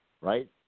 right